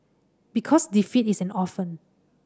because defeat is an orphan